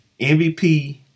MVP